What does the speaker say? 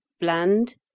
bland